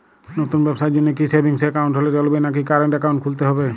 নতুন ব্যবসার জন্যে কি সেভিংস একাউন্ট হলে চলবে নাকি কারেন্ট একাউন্ট খুলতে হবে?